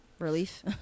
Relief